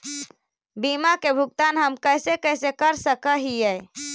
बीमा के भुगतान हम कैसे कैसे कर सक हिय?